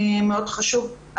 מאוד חשוב,